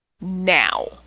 now